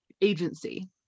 agency